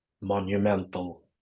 monumental